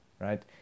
Right